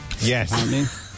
Yes